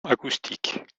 acoustique